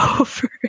over